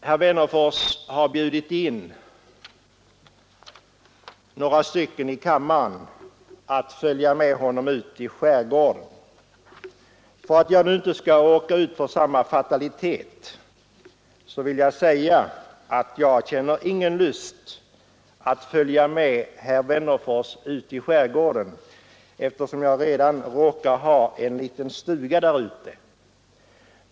Herr Wennerfors har bjudit in några ledamöter av kammaren att följa med honom ut i skärgården. För att jag nu inte skall råka ut för samma fatalitet vill jag säga att jag känner ingen lust att följa med herr Wennerfors ut i skärgården, eftersom jag redan råkar ha en liten stuga där ute.